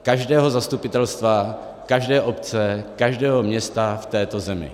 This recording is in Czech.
Každého zastupitelstva, každé obce, každého města v této zemi.